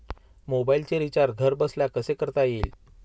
मोबाइलचे रिचार्ज घरबसल्या कसे करता येईल?